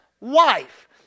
wife